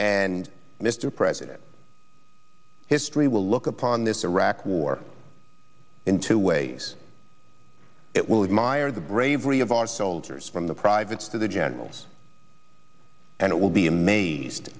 and mr president history will look upon this iraq war in two ways it will admire the bravery of our soldiers from the privates to the generals and it will be amazed